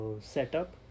setup